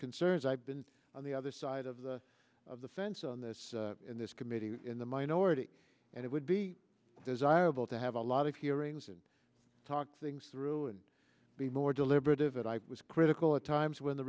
concerned i've been on the other side of the of the fence on this in this committee in the minority and it would be desirable to have a lot of hearings and talk things through and be more deliberative it i was critical at times when the